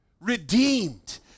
redeemed